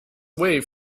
away